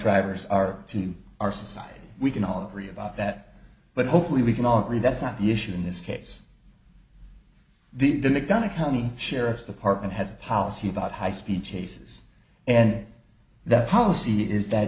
drivers are to our society we can all agree about that but hopefully we can all agree that's not the issue in this case did the mcdonough county sheriff's department has a policy about high speed chases and that policy is that